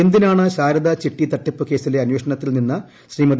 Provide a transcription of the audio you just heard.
എന്തിനാണ് ശാരദ ചിട്ടി തട്ടിപ്പ് കേസിലെ അന്വേഷണത്തിൽ നിന്ന് ശ്രീമതി